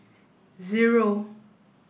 zero